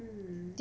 mm